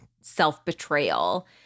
self-betrayal